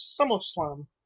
SummerSlam